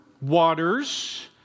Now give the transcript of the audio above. waters